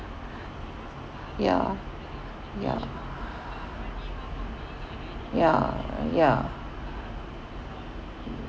ya ya ya ya